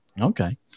okay